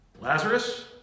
Lazarus